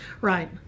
right